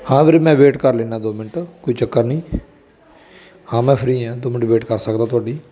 ਹਾਂ ਵੀਰੇ ਮੈਂ ਵੇਟ ਕਰ ਲੈਂਦਾ ਦੋ ਮਿੰਟ ਕੋਈ ਚੱਕਰ ਨਹੀਂ ਹਾਂ ਮੈਂ ਫਰੀ ਹਾਂ ਦੋ ਮਿੰਟ ਵੇਟ ਕਰ ਸਕਦਾ ਤੁਹਾਡੀ